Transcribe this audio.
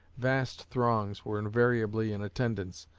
vast throngs were invariably in attendance,